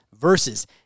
versus